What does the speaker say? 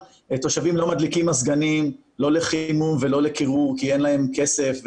מדליקים מזגנים לא לחימום ולא לקירור כי אין להם כסף,